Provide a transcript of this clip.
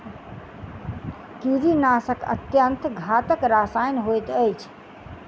कीड़ीनाशक अत्यन्त घातक रसायन होइत अछि